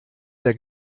der